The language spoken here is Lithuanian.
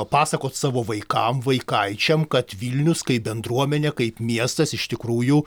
papasakot savo vaikam vaikaičiam kad vilnius kaip bendruomenė kaip miestas iš tikrųjų